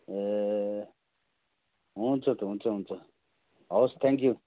ए हुन्छ त हुन्छ हुन्छ हवस् थ्याङ्क्यु